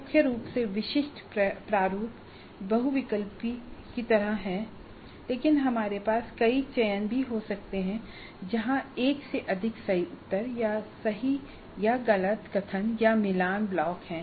मुख्य रूप से विशिष्ट प्रारूप बहुविकल्पी की तरह है लेकिन हमारे पास कई चयन भी हो सकते हैं जहां एक से अधिक सही उत्तर या सही या गलत कथन या मिलान ब्लॉक हैं